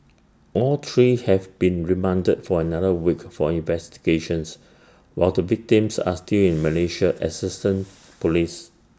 all three have been remanded for another week for investigations while the victims are still in Malaysia assistant Police